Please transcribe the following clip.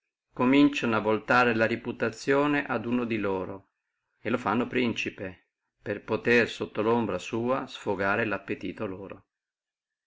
cominciano a voltare la reputazione ad uno di loro e fannolo principe per potere sotto la sua ombra sfogare lappetito loro